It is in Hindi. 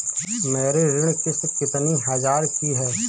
मेरी ऋण किश्त राशि कितनी हजार की है?